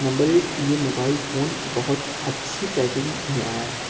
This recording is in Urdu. نمبر ایک یہ موبائل فون بہت اچھی پیکنگ میں آیا تھا